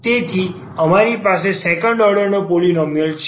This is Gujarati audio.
તેથી અમારી પાસે સેકન્ડ ઓર્ડર નો પોલીનોમિયલ છે